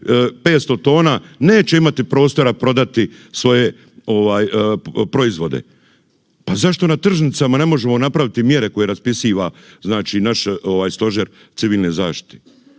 500 tona neće imati prostora prodati svoje ove proizvode. Pa zašto na tržnicama ne možemo napraviti mjere koje raspisiva znači naš stožer Civilne zaštite?